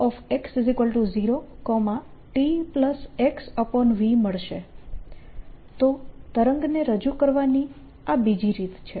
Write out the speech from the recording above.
તો તરંગને રજૂ કરવાની આ બીજી રીત છે